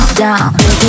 down